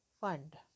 Fund